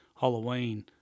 Halloween